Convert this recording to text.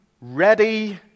ready